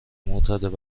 معتاد